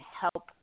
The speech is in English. help